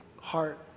heart